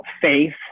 Faith